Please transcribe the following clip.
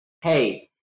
Hey